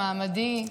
המעמדי,